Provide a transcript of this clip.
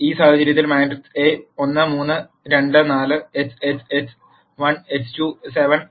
ഈ സാഹചര്യത്തിൽ matrix A 1 3 2 4 x x x1 x2 7 10 ആണ്